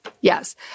Yes